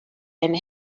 and